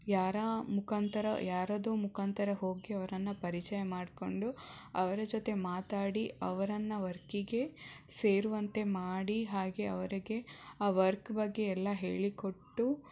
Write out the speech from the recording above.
ಯಾರ ಮುಖಾಂತರ ಯಾರದ್ದೋ ಮುಖಾಂತರ ಹೋಗಿ ಅವರನ್ನು ಪರಿಚಯ ಮಾಡಿಕೊಂಡು ಅವರ ಜೊತೆ ಮಾತಾಡಿ ಅವರನ್ನು ವರ್ಕಿಗೆ ಸೇರುವಂತೆ ಮಾಡಿ ಹಾಗೆ ಅವರಿಗೆ ಆ ವರ್ಕ್ ಬಗ್ಗೆ ಎಲ್ಲ ಹೇಳಿಕೊಟ್ಟು